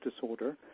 disorder